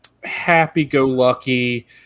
happy-go-lucky